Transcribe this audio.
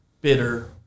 bitter